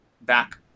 back